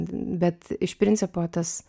bet iš principo tas